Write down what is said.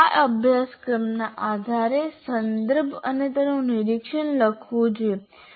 આ અભ્યાસક્રમના આધારે સંદર્ભ અને તેનું નિરીક્ષણ લખવું જોઈએ